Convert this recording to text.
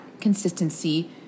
consistency